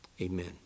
Amen